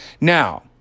Now